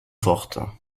forte